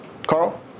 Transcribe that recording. Carl